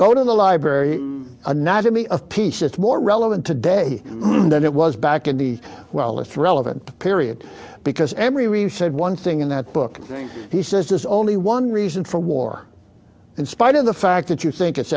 go to the library anatomy of peace it's more relevant today than it was back in the well it's relevant period because every we've said one thing in that book he says there's only one reason for war in spite of the fact that you think it's